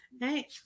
Hey